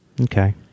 Okay